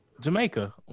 Jamaica